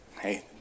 hey